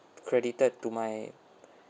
credited to my